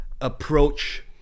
approach